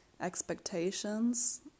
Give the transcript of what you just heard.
expectations